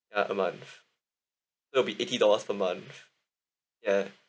ya a month that'll be eighty dollars per month ya